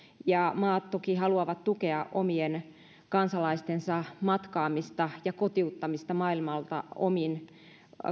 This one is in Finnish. ja maat toki haluavat tukea omien kansalaistensa matkaamista ja kotiuttamista maailmalta omin